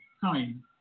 time